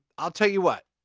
i'll tell you what.